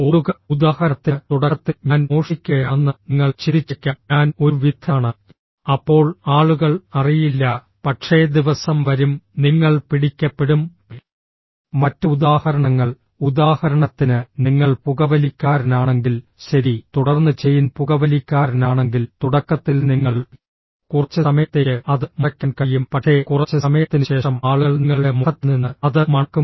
ഓടുക ഉദാഹരണത്തിന് തുടക്കത്തിൽ ഞാൻ മോഷ്ടിക്കുകയാണെന്ന് നിങ്ങൾ ചിന്തിച്ചേക്കാം ഞാൻ ഒരു വിദഗ്ദ്ധനാണ് അപ്പോൾ ആളുകൾ അറിയില്ല പക്ഷേ ദിവസം വരും നിങ്ങൾ പിടിക്കപ്പെടും മറ്റ് ഉദാഹരണങ്ങൾ ഉദാഹരണത്തിന് നിങ്ങൾ പുകവലിക്കാരനാണെങ്കിൽ ശരി തുടർന്ന് ചെയിൻ പുകവലിക്കാരനാണെങ്കിൽ തുടക്കത്തിൽ നിങ്ങൾ കുറച്ച് സമയത്തേക്ക് അത് മറയ്ക്കാൻ കഴിയും പക്ഷേ കുറച്ച് സമയത്തിന് ശേഷം ആളുകൾ നിങ്ങളുടെ മുഖത്ത് നിന്ന് അത് മണക്കും